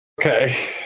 Okay